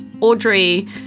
Audrey